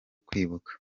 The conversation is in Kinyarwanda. kwibuka